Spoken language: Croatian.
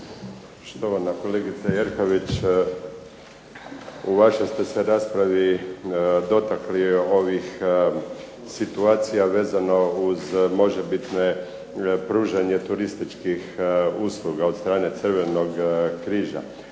Štovana kolegice Jerković u vašoj ste se raspravi dotakli ovih situacija vezano uz možebitne pružanje turističkih usluga od strane Crvenog križa.